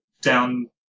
down